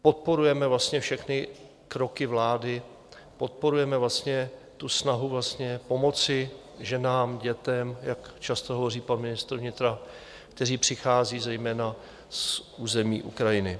Podporujeme vlastně všechny kroky vlády, podporujeme vlastně tu snahu pomoci ženám, dětem, jak často hovoří pan ministr vnitra, kteří přichází zejména z území Ukrajiny.